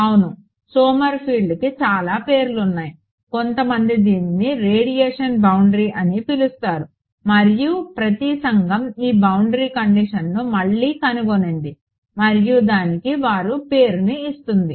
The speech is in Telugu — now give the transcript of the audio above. అవును సోమర్ఫెల్డ్కి చాలా పేర్లు ఉన్నాయి కొంతమంది దీనిని రేడియేషన్ బౌండరీ అని పిలుస్తారు మరియు ప్రతి సంఘం ఈ బౌండరీ కండిషన్ ని మళ్లీ కనుగొంది మరియు దానికి వారి పేరును ఇస్తుంది